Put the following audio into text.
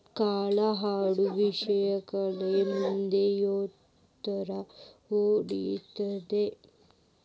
ಕಾಳ ಹಾಕು ಮಿಷನ್ ಹಳೆ ಮಂದಿ ಯಂತ್ರಾ ಹೊಡಿತಿದ್ರ